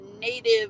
native